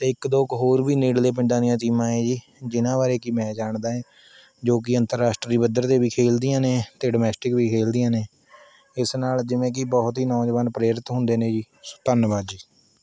ਅਤੇ ਇੱਕ ਦੋ ਕੁ ਹੋਰ ਵੀ ਨੇੜਲੇ ਪਿੰਡਾਂ ਦੀਆਂ ਟੀਮਾਂ ਹੈ ਜੀ ਜਿਹਨਾਂ ਬਾਰੇ ਕਿ ਮੈਂ ਜਾਣਦਾ ਹੈ ਜੋ ਕਿ ਅੰਤਰ ਰਾਸ਼ਟਰੀ ਪੱਧਰ 'ਤੇ ਵੀ ਖੇਲਦੀਆਂ ਨੇ ਅਤੇ ਡੂਮੈਂਸਟਿਕ ਵੀ ਖੇਲਦੀਆਂ ਨੇ ਇਸ ਨਾਲ਼ ਜਿਵੇਂ ਕਿ ਬਹੁਤ ਹੀ ਨੌਜਵਾਨ ਪ੍ਰੇਰਿਤ ਹੁੰਦੇ ਨੇ ਜੀ ਧੰਨਵਾਦ ਜੀ